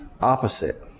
opposite